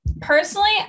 Personally